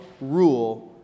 rule